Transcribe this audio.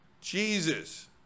Jesus